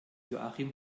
joachim